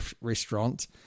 restaurant